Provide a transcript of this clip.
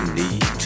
need